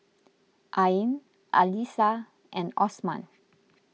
Ain Alyssa and Osman